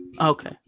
Okay